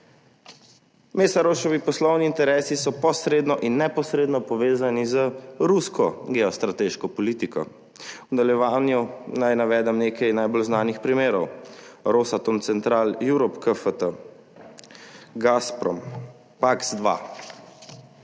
Meszarosevi poslovni interesi so posredno in neposredno povezani z rusko geostrateško politiko. V nadaljevanju naj navedem nekaj najbolj znanih primerov: Rosatom Central Europe Kft., Gazprom, PAX 2.